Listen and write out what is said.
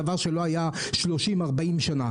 דבר שלא היה 30-40 שנים'.